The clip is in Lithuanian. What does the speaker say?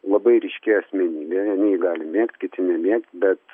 labai ryški asmenybė vieni jį gali mėgt kiti nemėgt bet